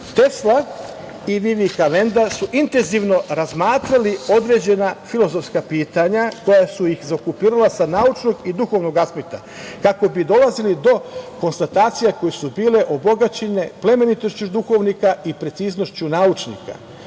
Tesla i Vivekananda su intenzivno razmatrali određena filozofska pitanja koja su ih zaokupirala sa naučnog i duhovnog aspekta, kako bi dolazili do konstatacija koje su bile obogaćene plemenitošću duhovnika i preciznošću naučnika. Kao